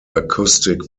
acoustic